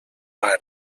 mar